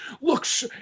looks